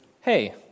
hey